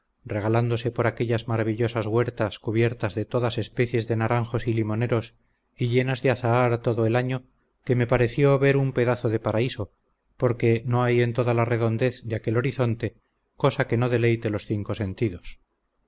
regalándose por aquellas maravillosas huertas cubiertas de todas especies de naranjos y limoneros y llenas de azahar todo el año que me pareció ver un pedazo de paraíso porque no hay en toda la redondez de aquel horizonte cosa que no deleite los cinco sentidos